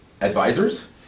advisors